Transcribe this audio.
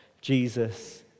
Jesus